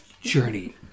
journey